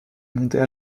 montait